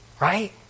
Right